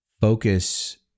focus